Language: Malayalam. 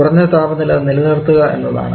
കുറഞ്ഞ താപനില നിലനിർത്തുക എന്നതാണ്